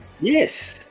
Yes